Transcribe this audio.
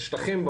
השטחים,